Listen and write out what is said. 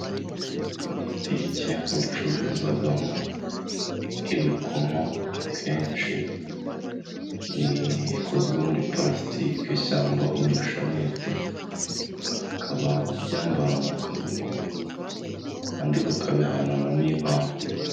Butike bacururizamo ibikomo, akenshi bikozwe muri palasitike cyangwa udushanete bakaba babyambara mu kaboko, abandi bakabihananamo impano.